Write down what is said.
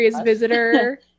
visitor